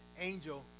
Angel